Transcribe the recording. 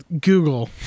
Google